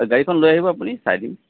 গাড়ীখন লৈ আহিব আপুনি চাই দিম